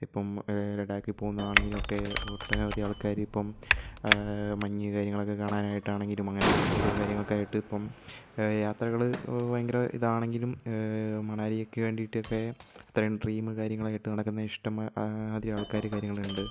ഇപ്പം ലഡാക്കിൽ പോകുന്നതാണെങ്കിലും ഒക്കെ ഒട്ടനവധി ആൾക്കാർ ഇപ്പം മഞ്ഞ് കാര്യങ്ങളൊക്കെ കാണാനായിട്ടാണെങ്കിലും അങ്ങനെ ഓരോ കാര്യങ്ങൾക്കായിട്ട് ഇപ്പം യാത്രകൾ ഭയങ്കര ഇതാണെങ്കിലും മണാലിക്ക് വേണ്ടിയിട്ടൊക്കെ അത്രയും ഡ്രീം കാര്യങ്ങളൊക്കെയായിട്ട് നടക്കുന്ന ഇഷ്ടമ്മാതിരി ആൾക്കാർ കാര്യങ്ങളുണ്ട്